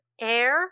air